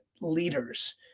leaders